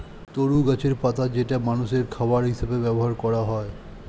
তরু গাছের পাতা যেটা মানুষের খাবার হিসেবে ব্যবহার করা হয়